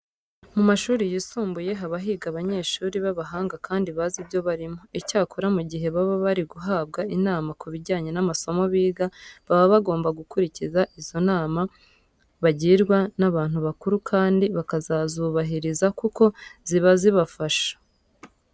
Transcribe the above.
Mu mashuri yisumbuye haba higa abanyeshuri b'abahanga kandi bazi ibyo barimo. Icyakora mu gihe baba bari guhabwa inama ku bijyanye n'amasomo biga, baba bagomba gukurikira izo nama bagirwa n'abantu bakuru kandi bakazazubahiriza kuko ziba zizabafasha.